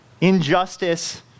injustice